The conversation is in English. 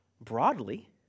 broadly